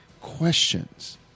questions